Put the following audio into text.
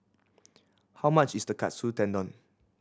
how much is the Katsu Tendon